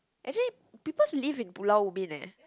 actually peoples live in Pulau-Ubin eh